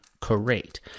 correct